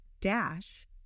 dash